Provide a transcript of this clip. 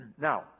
Now